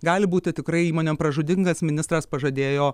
gali būti tikrai įmonėm pražūtingas ministras pažadėjo